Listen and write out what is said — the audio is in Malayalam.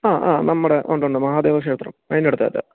ആ ആ നമ്മുടെ ഉണ്ട് ഉണ്ട് മഹാദേവ ക്ഷേത്രം അതിനടുത്ത് ആയിട്ട്